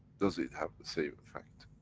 does it have the same effect?